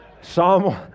Psalm